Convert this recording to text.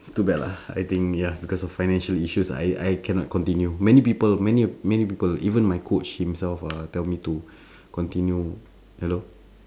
too bad lah I think ya because of financial issues I I cannot continue many people many many people even my coach himself uh tell me to continue hello